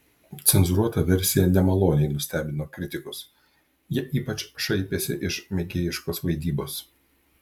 cenzūruota versija nemaloniai nustebino kritikus jie ypač šaipėsi iš mėgėjiškos vaidybos